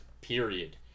period